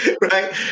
Right